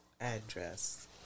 address